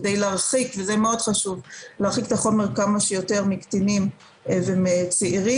כדי להרחיק את החומר כמה שיותר מקטינים ומצעירים.